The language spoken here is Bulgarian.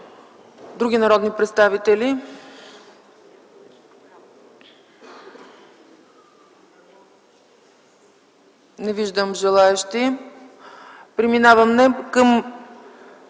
други народни представители? Не виждам желаещи. Преминаваме към